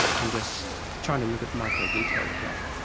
and just trying to look at micro detail of that.